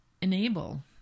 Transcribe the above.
enable